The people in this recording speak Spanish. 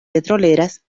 petroleras